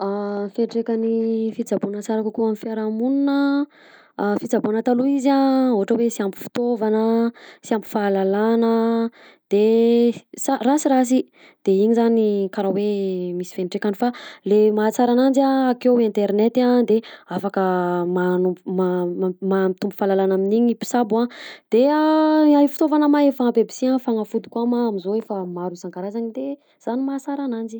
Fetrekan'ny fitsaboana sara kokoa amin'ny fiarahamonina a fitsaboana taloha izy a ohatra hoe sy ampy fitaovana sy ampy fahalalana de sa- rasirasy de iny zany karaha hoe misy fetraikany fa le mahatsara ananjy a akeo internet a de afaka ma- ma- mampitombo fahalalana amin'ny iny mpisabo a de a ny fitaovana ma efa ampy aby si fanafody ko ma amizao efa maro isan karazany de zany mahasara ananjy.